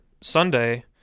Sunday